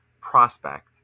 prospect